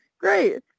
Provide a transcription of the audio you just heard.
great